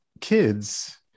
kids